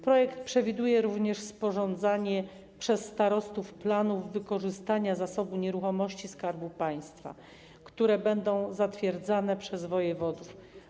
Projekt przewiduje również sporządzanie przez starostów planów wykorzystania zasobu nieruchomości Skarbu Państwa, które będą zatwierdzane przez wojewodów.